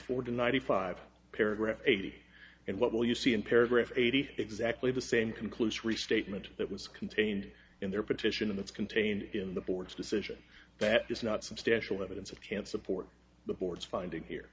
to ninety five paragraph eighty and what will you see in paragraph eighty exactly the same conclusory statement that was contained in their petition and that's contained in the board's decision that is not substantial evidence of can't support the board's finding here